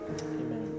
amen